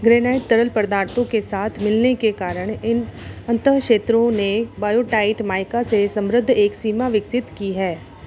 granite तरल पदार्थों के साथ मिलने के कारण इन अंत क्षेत्रों ने बॉयोटाइट माइका से समृद्ध एक सीमा विकसित की है